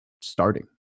starting